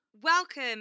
Welcome